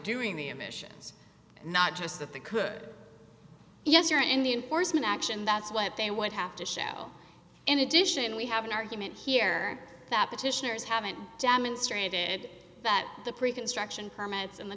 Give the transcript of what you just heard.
doing the emissions not just that they could yes you're in the enforcement action that's what they would have to show in addition we have an argument here that petitioners haven't demonstrated that the pre construction permits in the